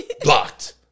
blocked